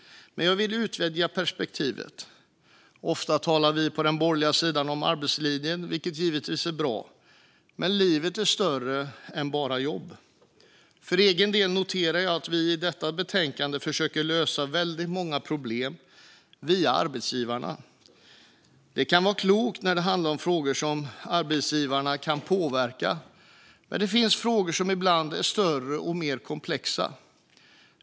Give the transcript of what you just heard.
Men jag vill vidga perspektivet. Ofta talar vi på den borgerliga sidan om arbetslinjen, vilket givetvis är bra. Men livet är större än bara jobb. Jag noterar att vi i detta betänkande försöker lösa väldigt många problem via arbetsgivarna. Det kan vara klokt när det handlar om frågor som arbetsgivarna kan påverka, men det finns ibland frågor som är större och mer komplexa.